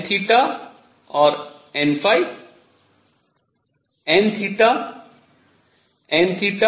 n और n